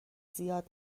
زیاد